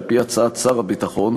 על-פי הצעת שר הביטחון,